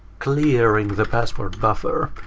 clearing the password buffer.